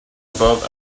above